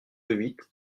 huit